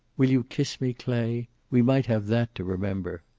will you kiss me, clay? we might have that to remember.